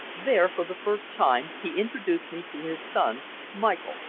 there, for the first time, he introduced me to his son michael,